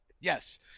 Yes